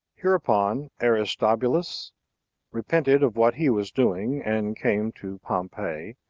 hereupon aristobulus repented of what he was doing, and came to pompey,